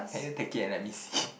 can you take it and let me see